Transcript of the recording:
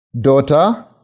Daughter